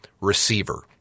receiver